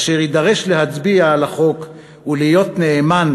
אשר יידרש להצביע על החוק ולהיות נאמן